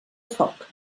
foc